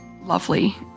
lovely